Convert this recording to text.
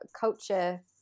culture